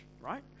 right